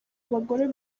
abagore